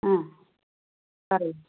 ആ പറയൂ